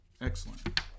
Excellent